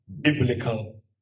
biblical